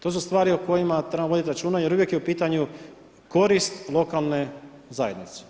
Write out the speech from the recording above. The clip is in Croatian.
To su stvari o kojima trebamo voditi računa jer uvijek je u pitanju korist lokalne zajednice.